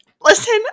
listen